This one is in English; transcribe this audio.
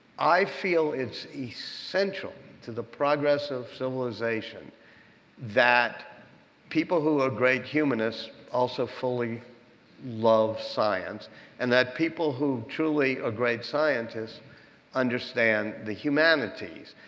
i feel it's essential to the progress of civilization that people who are great humanists also fully love science and that people who truly are great scientists understand the humanities.